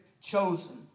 chosen